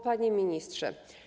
Panie Ministrze!